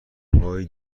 هایی